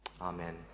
Amen